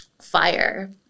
Fire